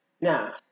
Now